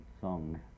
song